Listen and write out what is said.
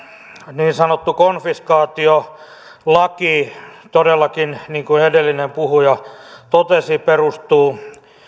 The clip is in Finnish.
niin sanottu konfiskaatiolaki todellakin niin kuin edellinen puhuja totesi perustuu